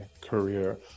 career